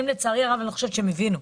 אבל לצערי הרב אני לא חושבת שהם הבינו.